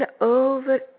over